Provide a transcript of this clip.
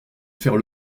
faire